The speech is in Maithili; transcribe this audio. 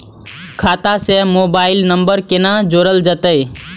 खाता से मोबाइल नंबर कोना जोरल जेते?